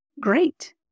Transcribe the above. great